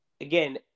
Again